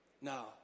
Now